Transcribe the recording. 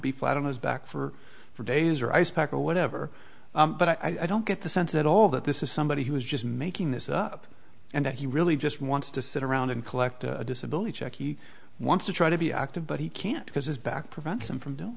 be flat on his back for for days or ice pack or whatever but i don't get the sense at all that this is somebody who is just making this up and that he really just wants to sit around and collect disability check he wants to try to be active but he can't because his back prevents him from doing